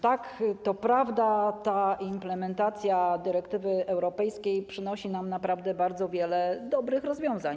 Tak, to prawda, ta implementacja dyrektywy europejskiej przynosi nam naprawdę bardzo wiele dobrych rozwiązań.